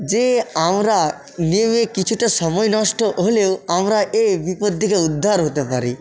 যে আমরা নেমে কিছুটা সময় নষ্ট হলেও আমরা এ বিপদ থেকে উদ্ধার হতে পারি